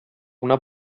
una